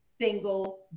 single